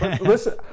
Listen